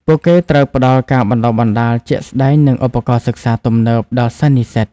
ពួកគេត្រូវផ្តល់ការបណ្តុះបណ្តាលជាក់ស្តែងនិងឧបករណ៍សិក្សាទំនើបដល់សិស្សនិស្សិត។